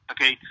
Okay